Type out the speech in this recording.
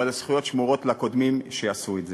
אבל הזכויות שמורות לקודמים שעשו את זה.